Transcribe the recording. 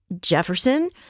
Jefferson